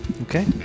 Okay